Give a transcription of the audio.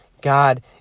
God